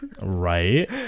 Right